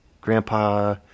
Grandpa